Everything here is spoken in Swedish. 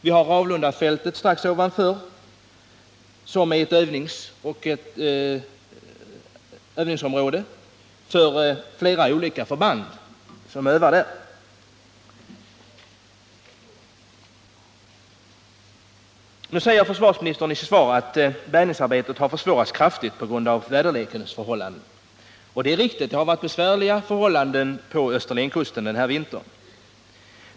Vi har Ravlundafältet, som är ett övningsområde för flera olika förband, strax intill. Försvarsministern säger i sitt svar att bärgningsarbetet har försvårats kraftigt på grund av väderleksförhållanden. Det är riktigt. Det har varit besvärliga förhållanden på Österlenkusten den här vintern.